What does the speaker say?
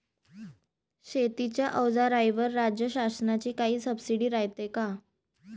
शेतीच्या अवजाराईवर राज्य शासनाची काई सबसीडी रायते का?